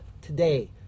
today